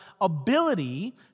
ability